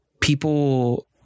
people